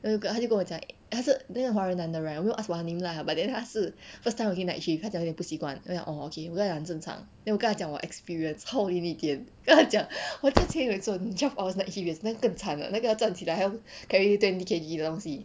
那个他就跟我讲他是那个华人男的 right 没有 ask like !wah! 你们来 ah but then 他是 first time working night shift 他讲也不习惯我讲 orh okay 我跟他讲正常 then 我跟他讲我 experience 跟他讲我之前有一次我 twelve hours night shift 也是那个更惨那个站起来还要 carry twenty K_G 的东西